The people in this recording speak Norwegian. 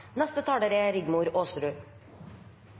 Neste taler er